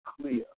clear